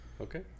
Okay